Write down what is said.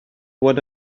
what